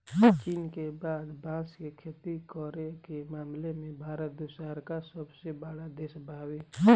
चीन के बाद बांस के खेती करे के मामला में भारत दूसरका सबसे बड़ देश बावे